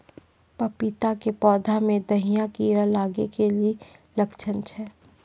पपीता के पौधा मे दहिया कीड़ा लागे के की लक्छण छै?